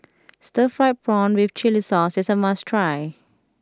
Stir Fried Prawn with Chili Sauce is a must try